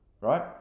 right